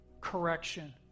correction